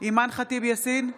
אימאן ח'טיב יאסין,